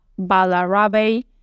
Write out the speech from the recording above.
Balarabe